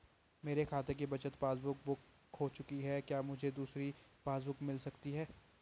मेरे खाते की बचत पासबुक बुक खो चुकी है क्या मुझे दूसरी पासबुक बुक मिल सकती है?